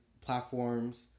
platforms